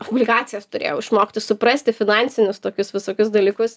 obligacijas turėjau išmokti suprasti finansinius tokius visokius dalykus